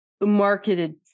marketed